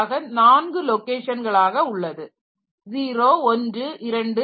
ஆக நான்கு லொகேஷன்களாக உள்ளது 0123